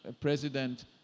president